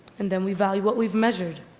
and then we value what we've measured.